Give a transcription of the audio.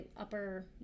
upper